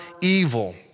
evil